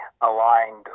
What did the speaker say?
aligned